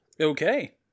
okay